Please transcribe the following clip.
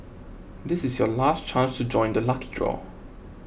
this is your last chance to join the lucky draw